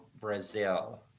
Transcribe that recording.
Brazil